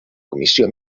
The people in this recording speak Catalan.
comissió